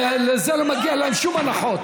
ובגלל זה לא מגיעות להם שום הנחות.